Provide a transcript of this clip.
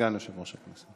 סגן יושב-ראש הכנסת.